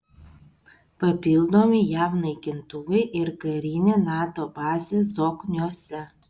papildomi jav naikintuvai ir karinė nato bazė zokniuose